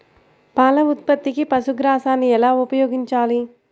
పాల ఉత్పత్తికి పశుగ్రాసాన్ని ఎలా ఉపయోగించాలి?